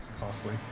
costly